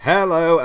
Hello